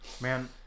man